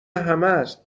همست